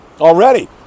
already